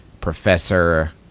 professor